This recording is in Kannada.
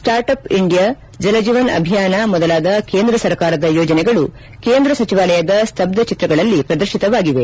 ಸ್ಪಾರ್ಟ್ ಅಪ್ ಇಂಡಿಯಾ ಜಲಜೀವನ್ ಅಭಿಯಾನ ಮೊದಲಾದ ಕೇಂದ್ರ ಸರ್ಕಾರದ ಯೋಜನೆಗಳು ಕೇಂದ್ರ ಸಚಿವಾಲಯದ ಸ್ತಬ್ದಚಿತ್ರಗಳಲ್ಲಿ ಪ್ರದರ್ಶಿತವಾಗಿವೆ